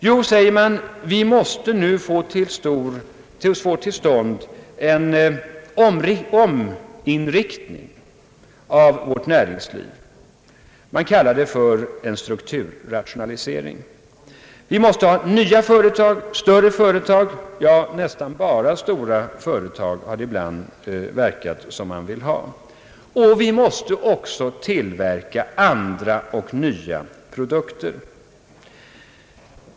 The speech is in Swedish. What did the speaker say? Jo, säger man, vi måste nu få till stånd en ominriktning av vårt närings liv. Man kallar det för en strukturrationalisering. Vi måste ha nya företag, större företag, ja, nästan bara stora företag har det ibland verkat som man vill ha. Vi måste också tillverka andra och nya produkter.